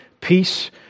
peace